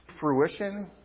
fruition